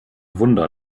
wunder